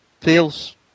feels